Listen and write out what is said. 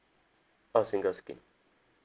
uh single scheme